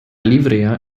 livrea